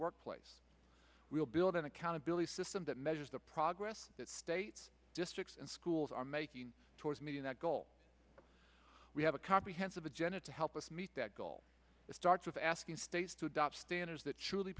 workplace we will build an accountability system that measures the progress that states districts and schools are making towards meeting that goal we have a comprehensive agenda to help us meet that goal it starts with asking states to adopt standards that